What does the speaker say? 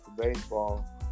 baseball